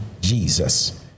Jesus